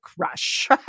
crush